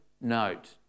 note